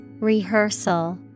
Rehearsal